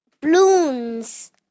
balloons